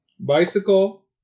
Bicycle